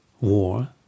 War